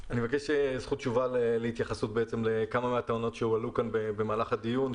אני מבקש התייחסות לכמה מהטענות שהועלו כאן במהלך הדיון,